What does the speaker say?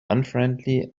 unfriendly